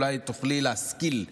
אולי תוכלי להשכיל אותי.